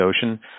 Ocean